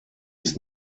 ist